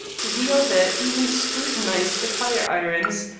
the other even scrutinized the fire-irons,